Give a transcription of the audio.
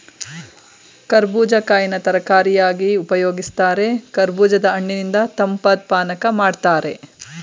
ಕರ್ಬೂಜ ಕಾಯಿನ ತರಕಾರಿಯಾಗಿ ಉಪಯೋಗಿಸ್ತಾರೆ ಕರ್ಬೂಜದ ಹಣ್ಣಿನಿಂದ ತಂಪಾದ್ ಪಾನಕ ಮಾಡ್ತಾರೆ